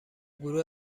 گروه